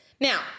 Now